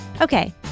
Okay